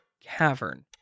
cavern